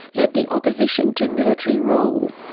led the opposition to military rule.